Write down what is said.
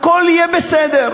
הכול יהיה בסדר.